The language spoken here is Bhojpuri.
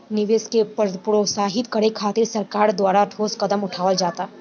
निवेश के प्रोत्साहित करे खातिर सरकार के द्वारा ठोस कदम उठावल जाता